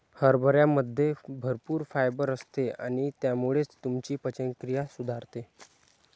हरभऱ्यामध्ये भरपूर फायबर असते आणि त्यामुळे तुमची पचनक्रिया सुधारते